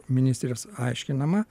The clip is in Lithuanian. ministrės aiškinama